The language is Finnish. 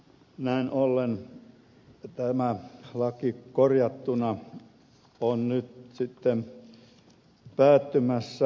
näin ollen tämä laki korjattuna on nyt sitten päättymässä